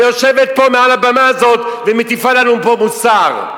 ויושבת פה על הבמה הזאת ומטיפה לנו פה מוסר.